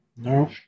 No